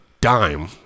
dime